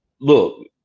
look